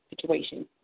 situation